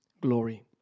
glory